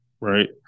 Right